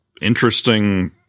interesting